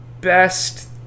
best